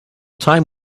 time